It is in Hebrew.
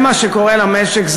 זה מה שקורה למשק.